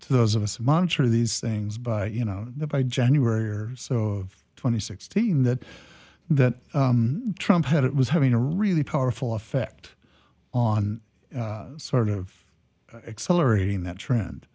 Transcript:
those of us monitor these things by you know by january or so of twenty sixteen that that trump had it was having a really powerful effect on sort of accelerating that trend